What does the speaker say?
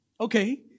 Okay